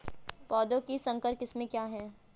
पौधों की संकर किस्में क्या हैं?